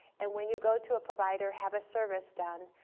and when you go to a provider, have a service done,